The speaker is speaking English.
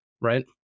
right